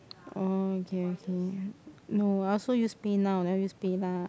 oh okay okay no I also use PayNow never use PayLah